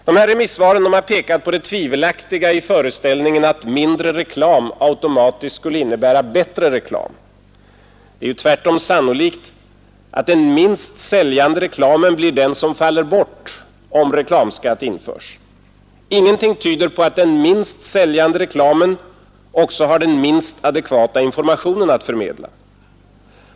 Dessa remissvar har pekat på det tvivelaktiga i föreställningen att mindre reklam automatiskt skulle innebära bättre reklam. Det är tvärtom sannolikt, att den minst säljande reklamen blir den som faller bort om reklamskatt införes. Ingenting tyder på att den minst säljande reklamen också har den minst adekvata informationen att förmedla.